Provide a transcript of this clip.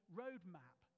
roadmap